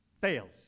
fails